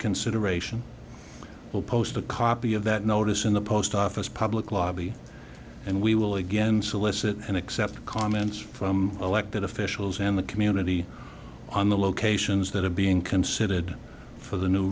consideration will post a copy of that notice in the post office public lobby and we will again solicit and accept comments from elected officials and the community on the locations that are being considered for the new